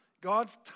God's